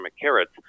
carrots